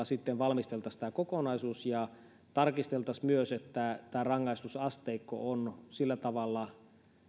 sitten valmisteltaisiin tämä kokonaisuus oikeusministeriön puolella ja tarkisteltaisiin myös että tämä rangaistusasteikko on sillä tavalla